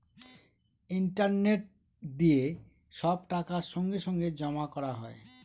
internet দিয়ে সব টাকা সঙ্গে সঙ্গে জমা করা হয়